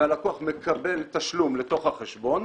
והלקוח מקבל תשלום לתוך החשבון,